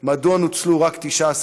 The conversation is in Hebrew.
2. מדוע נוצלו רק 19%?